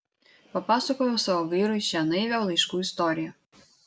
papasakojau savo vyrui šią naivią laiškų istoriją